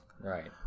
Right